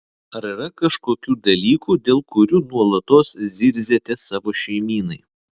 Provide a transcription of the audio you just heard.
ar yra kažkokių dalykų dėl kurių nuolatos zirziate savo šeimynai